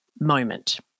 moment